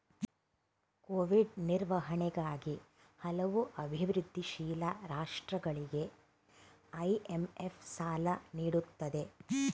Covid ನಿರ್ವಹಣೆಗಾಗಿ ಹಲವು ಅಭಿವೃದ್ಧಿಶೀಲ ರಾಷ್ಟ್ರಗಳಿಗೆ ಐ.ಎಂ.ಎಫ್ ಸಾಲ ನೀಡುತ್ತಿದೆ